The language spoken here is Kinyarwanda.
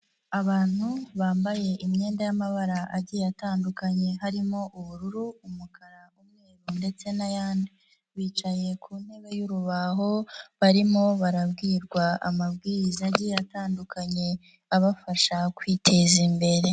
Abantu bambaye imyenda y'amabara agiye atandukanye harimo ubururu, umukara, umweru ndetse n'ayandi. Bicaye ku ntebe y'urubaho, barimo barabwirwa amabwiriza atandukanye abafasha kwiteza imbere.